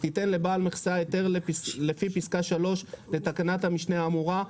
תיתן לבעל מכסה היתר לפי פסקה (3) לתקנת המשנה האמורה,